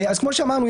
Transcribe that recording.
כמו שאמרנו,